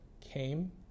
came